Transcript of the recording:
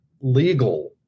legal